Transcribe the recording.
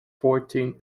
fourteen